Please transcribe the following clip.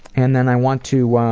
and then i want to